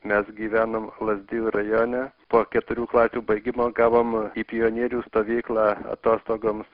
mes gyvenom lazdijų rajone po keturių klasių baigimo gavom į pionierių stovyklą atostogoms